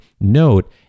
note